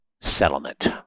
settlement